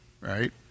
right